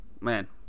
Man